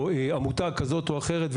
או עמותה כזאת או אחרת,